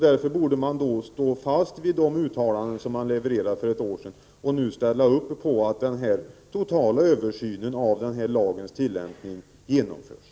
Därför borde man stå fast vid de uttalanden som man gjorde för ett år sedan och nu ställa upp för att en total översyn av lagens tillämpning genomförs.